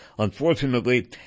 Unfortunately